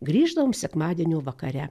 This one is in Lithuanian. grįždavom sekmadienio vakare